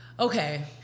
okay